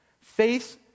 Faith